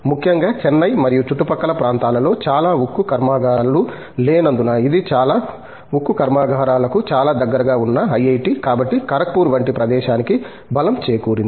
ముఖ్యంగా చెన్నై మరియు చుట్టుపక్కల ప్రాంతాలలో చాలా ఉక్కు కర్మాగారాలు లేనందున ఇది చాలా ఉక్కు కర్మాగారాలకు చాలా దగ్గరగా ఉన్న ఐఐటి కాబట్టి ఖరగ్పూర్ వంటి ప్రదేశానికి బలం చేకూరింది